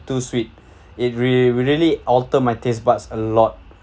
too sweet it rea~ really alter my taste buds a lot